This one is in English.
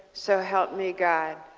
so help me god.